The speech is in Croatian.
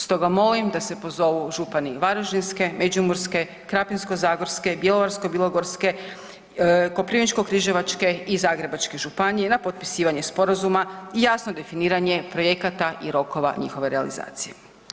Stoga molim da se pozovu župani Varaždinske, Međimurske, Krapinsko-zagorske, Bjelovarsko-bilogorske, Koprivničko-križevačke i Zagrebačke županije na potpisivanje sporazuma i jasno definiranje projekata i rokova njihove realizacije.